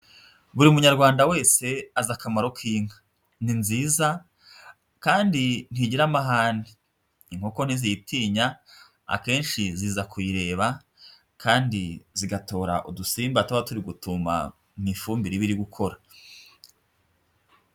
Buri munyarwanda wese azi akamaro k'inka, ni nziza kandi ntigira amahane, inkoko ntiziyitinya, akenshi ziza kuyireba kandi zigatora udusimba tuba turi gutumba mu ifumbire ibiri gukora.